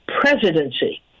presidency